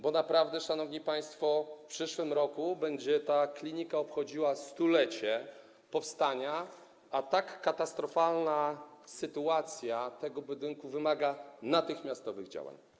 Bo naprawdę, szanowni państwo, w przyszłym roku ta klinika będzie obchodziła 100-lecie powstania, a tak katastrofalny stan tego budynku wymaga natychmiastowych działań.